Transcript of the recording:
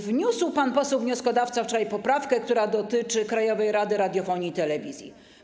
Wniósł pan poseł wnioskodawca wczoraj poprawkę, która dotyczy Krajowej Rady Radiofonii i Telewizji.